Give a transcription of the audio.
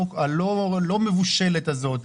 הלא מבושלת הזאת,